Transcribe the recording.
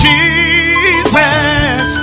Jesus